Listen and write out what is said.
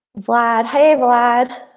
vlad hey vlad.